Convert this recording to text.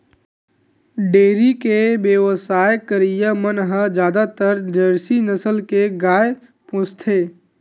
dairy के बेवसाय करइया मन ह जादातर जरसी नसल के गाय पोसथे